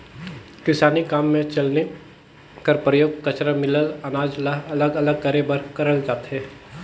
किसानी काम मे चलनी कर परियोग कचरा मिलल अनाज ल अलग अलग करे बर करल जाथे